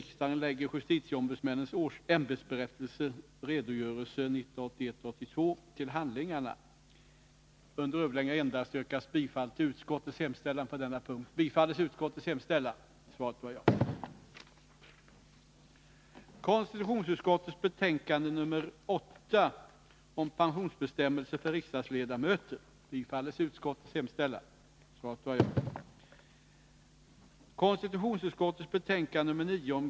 Herr talman! Något yrkande har ju inte framställts.